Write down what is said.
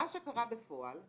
מה שקרה בפועל הוא